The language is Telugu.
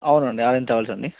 అవునండి ఆరెంజ్ ట్రావెల్స్ అండి